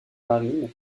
marine